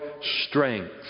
strength